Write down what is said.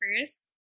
first